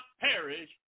perish